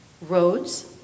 Roads